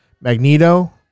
Magneto